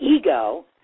ego